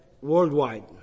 worldwide